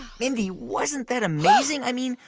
mindy, wasn't that amazing? i mean,